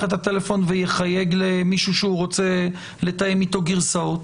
את הטלפון ויחייג למישהו שהוא רוצה לתאם איתו גרסאות?